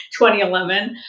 2011